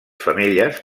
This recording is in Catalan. femelles